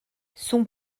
son